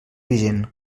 vigent